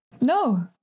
no